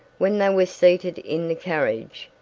when they were seated in the carriage,